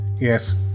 Yes